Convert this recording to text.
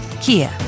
Kia